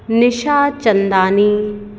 Nisha Chandani